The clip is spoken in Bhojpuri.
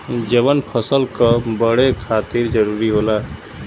जवन फसल क बड़े खातिर जरूरी होला